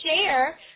share